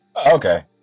Okay